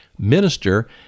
minister